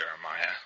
Jeremiah